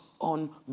on